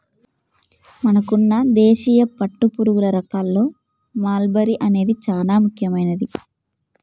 మనకున్న దేశీయ పట్టుపురుగుల రకాల్లో మల్బరీ అనేది చానా ముఖ్యమైనది